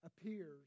appears